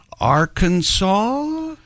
Arkansas